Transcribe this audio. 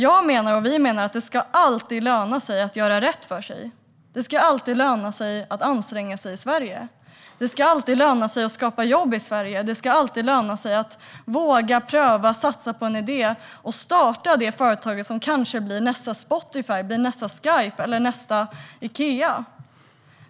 Jag menar och vi menar att det alltid ska löna sig att göra rätt för sig. Det ska alltid löna sig att anstränga sig i Sverige. Det ska alltid löna sig att skapa jobb i Sverige. Det ska alltid löna sig att våga pröva, satsa på en idé och starta företaget som kanske blir nästa Spotify, nästa Skype eller nästa Ikea.